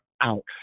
out